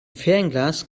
fernglas